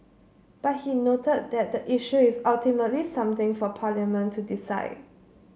but he noted that the issue is ultimately something for Parliament to decide